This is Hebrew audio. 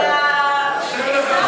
רבותי.